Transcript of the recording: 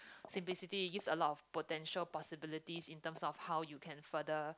simplicity it gives a lot of potential possibilities in terms of how you can further